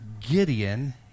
Gideon